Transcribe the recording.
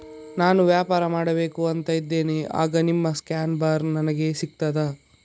ನಾನು ವ್ಯಾಪಾರ ಮಾಡಬೇಕು ಅಂತ ಇದ್ದೇನೆ, ಆಗ ನಿಮ್ಮ ಸ್ಕ್ಯಾನ್ ಬಾರ್ ನನಗೆ ಸಿಗ್ತದಾ?